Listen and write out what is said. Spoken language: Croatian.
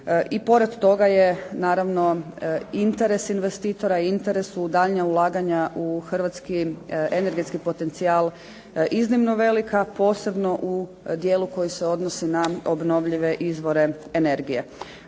i pored toga je naravno interes investitora i interes ulaganja u Hrvatski energetski potencijal iznimno velik a posebno u dijelu koji se odnosi na obnovljive izvore energije.